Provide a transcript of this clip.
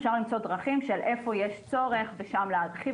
אפשר למצוא דרכים של איפה יש צורך ושם להרחיב